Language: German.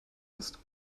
ist